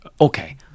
Okay